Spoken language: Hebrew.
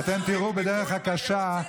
אתה יוצא החוצה.